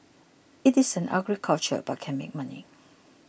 it is an ugly culture but can make money